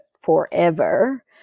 forever